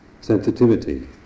sensitivity